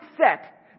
set